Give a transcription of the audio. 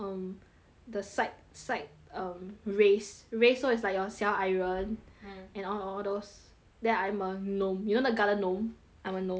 the side side um race race so is like your 小矮人 mm and al~ all those then I'm a gnome you know the garden gnome I'm a gnome ya